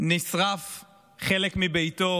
נשרף חלק מביתו